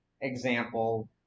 example